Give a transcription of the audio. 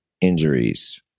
injuries